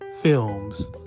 films